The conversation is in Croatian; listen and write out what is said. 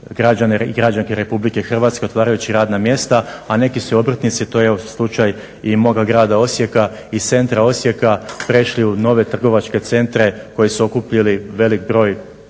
građane i građanke Republike Hrvatske otvarajući radna mjesta. A neki su i obrtnici, to je evo slučaj i moga grada Osijeka, iz centra Osijeka prešli u nove trgovačke centra koji su okupili velik broj